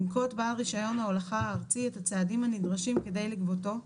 ינקוט בעל רישיון ההולכה הארצי את הצעדים הנדרשים כדי לגבותו,